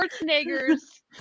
Schwarzenegger's